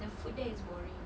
the food there is boring